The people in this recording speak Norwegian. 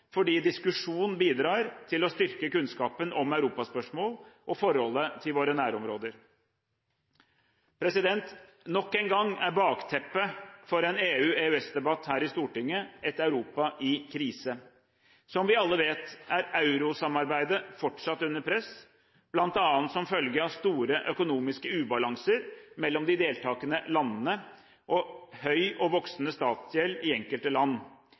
fordi diskusjon bidrar til å styrke kunnskapen om europaspørsmål og forholdet til våre nærområder. Nok en gang er bakteppet for en EU/EØS-debatt her i Stortinget et Europa i krise. Som vi alle vet, er eurosamarbeidet fortsatt under press, bl.a. som følge av store økonomiske ubalanser mellom de deltakende landene og høy og voksende statsgjeld i enkelte land.